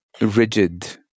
rigid